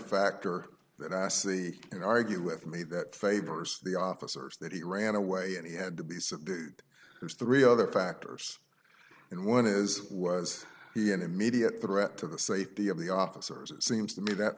factor that i see and argue with me that favors the officers that he ran away and he had to be said there's three other factors and one is was he an immediate threat to the safety of the officers it seems to me that